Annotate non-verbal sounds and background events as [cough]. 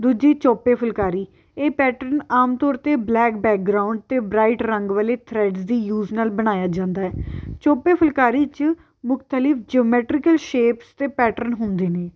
ਦੂਜੀ ਚੋਪੇ ਫੁਲਕਾਰੀ ਇਹ ਪੈਟਰਨ ਆਮ ਤੌਰ 'ਤੇ ਬਲੈਕ ਬੈਕਗਰਾਊਂਡ ਅਤੇ ਬਰਾਈਟ ਰੰਗ ਵਾਲੇ ਥਰੈਡਸ ਦੀ ਯੂਜ ਨਾਲ਼ ਬਣਾਇਆ ਜਾਂਦਾ ਹੈ ਚੋਪੇ ਫੁਲਕਾਰੀ 'ਚ [unintelligible] ਜੁਮੈਟਰਿਕਲ ਸ਼ੇਪਸ ਅਤੇ ਪੈਟਰਨ ਹੁੰਦੇ ਨੇ